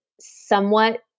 somewhat